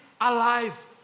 alive